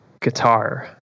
Guitar